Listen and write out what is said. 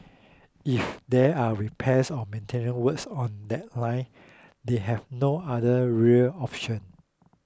if there are repairs or maintenance work on that line they have no other rail option